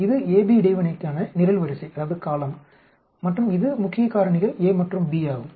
இது AB இடைவினைக்கான நிரல்வரிசை மற்றும் இது முக்கிய காரணிகள் a மற்றும் b ஆகும்